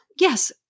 yes